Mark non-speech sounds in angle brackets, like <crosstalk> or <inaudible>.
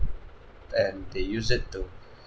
and they use it to <breath>